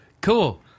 cool